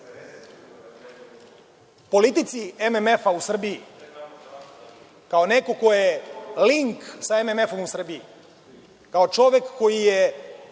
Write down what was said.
politici MMF-a u Srbiji, kao neko ko je link sa MMF-om u Srbiji, kao čovek koji je